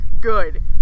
good